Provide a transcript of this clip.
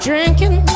drinking